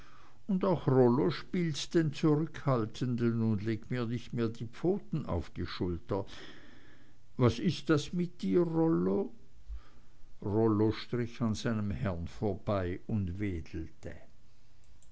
und auch rollo spielt den zurückhaltenden und legt mir nicht mehr die pfoten auf die schulter was ist das mit dir rollo rollo strich an seinem herrn vorbei und wedelte